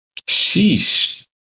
Sheesh